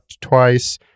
twice